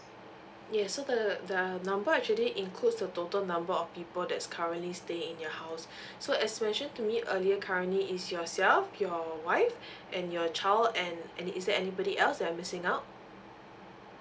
yes so the the number actually includes the total number of people that's currently staying in your house so as mentioned to me earlier currently is yourself your wife and your child and and is there anybody else that I missing out